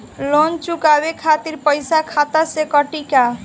Loan चुकावे खातिर पईसा खाता से कटी का?